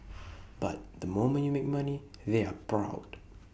but the moment you make money they're proud